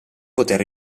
poter